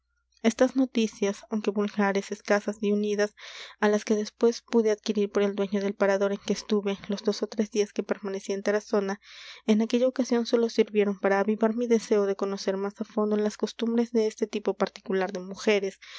estas noticias aunque vulgares escasas y unidas á las que después pude adquirir por el dueño del parador en que estuve los dos ó tres días que permanecí en tarazona en aquella ocasión sólo sirvieron para avivar mi deseo de conocer más á fondo las costumbres de este tipo particular de mujeres